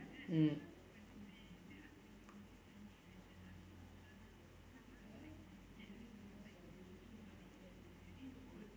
mm